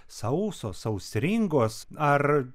sausos sausringos ar